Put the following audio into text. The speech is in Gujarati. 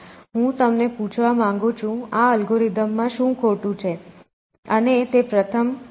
હું તમને પૂછવા માંગું છું આ અલ્ગોરિધમ માં શું ખોટું છે અને તે પ્રથમ ખોટી વસ્તુ છે